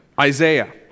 Isaiah